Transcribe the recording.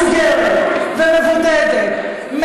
היא דרך שמובילה למדינה מסוגרת ומבודדת,